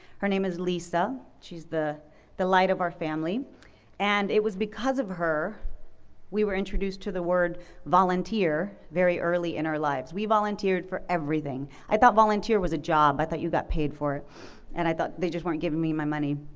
her name is lisa, she's the the light of our family and it was because of her we were introduced to the word volunteer very early in our lives. we volunteered for everything. i thought volunteer was a job, i thought you got paid for it and i thought they just weren't giving me my money.